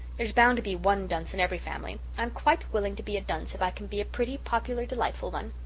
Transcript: there's bound to be one dunce in every family. i'm quite willing to be a dunce if i can be a pretty, popular, delightful one.